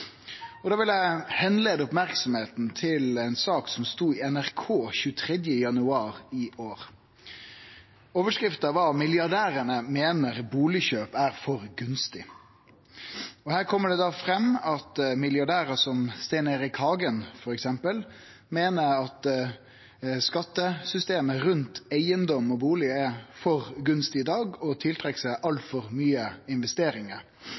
vil eg vise til ei sak frå nrk.no den 23. januar i år. Overskrifta var: «Milliardærene mener boligkjøp er for gunstig». Her kjem det fram at milliardærar som Stein Erik Hagen, f.eks., meiner at skattesystemet rundt eigedom og bustad er for gunstig i dag og tiltrekkjer seg altfor mykje investeringar.